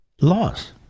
laws